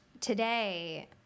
today